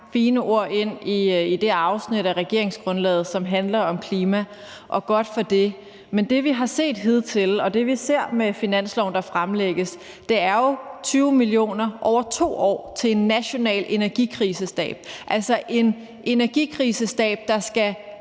fine ord ind i det afsnit om regeringsgrundlaget, som handler om klima, og godt for det. Men det, vi har set hidtil, og det, vi ser med finansloven, der fremlægges, er jo 20 mio. kr. over 2 år til en national energikrisestab, altså en energikrisestab, der skal